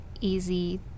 easy